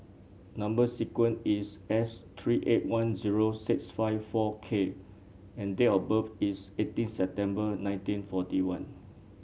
number sequence is S three eight one zero six five four K and date of birth is eighteen September nineteen forty one